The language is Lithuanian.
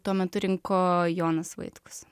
tuo metu rinko jonas vaitkus